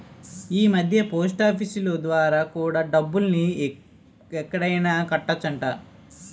ఈమధ్య పోస్టాఫీసులు ద్వారా కూడా డబ్బుల్ని ఎక్కడైనా కట్టొచ్చట